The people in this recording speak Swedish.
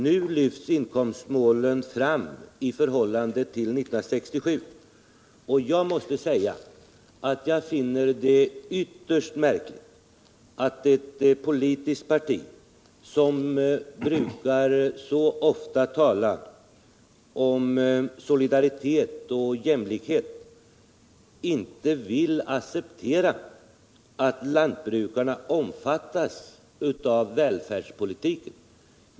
Nu lyfts inkomstmålet fram i förhållande till 1967, och jag måste säga att jag finner det ytterst märkligt att ett politiskt parti som så ofta talar om solidaritet och jämlikhet inte vill acceptera att lantbrukarna omfattas av välfärdspolitiken.